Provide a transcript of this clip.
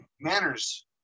manners